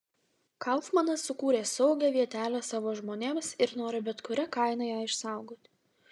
kaufmanas sukūrė saugią vietelę savo žmonėms ir nori bet kuria kaina ją išsaugoti